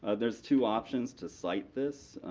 ah there's two options to site this.